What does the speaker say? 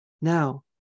Now